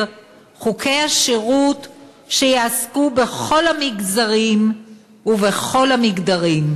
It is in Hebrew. חוקי השירות שיעסקו בכל המגזרים ובכל המגדרים".